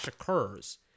occurs